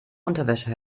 unterwäsche